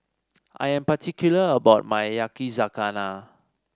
I'm particular about my Yakizakana